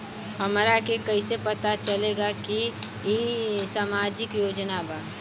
हमरा के कइसे पता चलेगा की इ सामाजिक योजना बा?